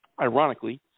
ironically